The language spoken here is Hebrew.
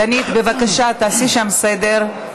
דנית, בבקשה, תעשי שם סדר.